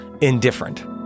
indifferent